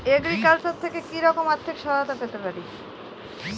Agriculture থেকে কি রকম আর্থিক সহায়তা পেতে পারি?